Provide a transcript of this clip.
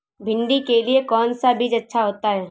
भिंडी के लिए कौन सा बीज अच्छा होता है?